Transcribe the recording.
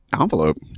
envelope